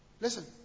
Listen